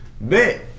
Bet